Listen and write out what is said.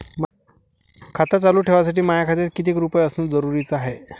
खातं चालू ठेवासाठी माया खात्यात कितीक रुपये असनं जरुरीच हाय?